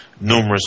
numerous